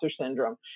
syndrome